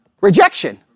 Rejection